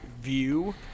view